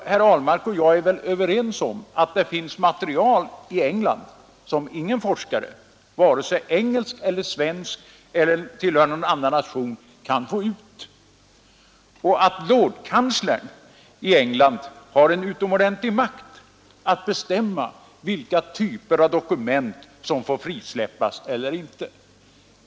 Herr Ahlmark och jag är väl överens om att det finns material i England som ingen forskare — engelsk, svensk eller tillhörande någon annan nation kan få ut och om att lordkanslern i England har en utomordentlig makt att bestämma vilka typer av dokument som får frisläppas.